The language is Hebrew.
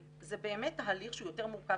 זה באמת הליך שהוא יותר מורכב,